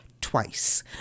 twice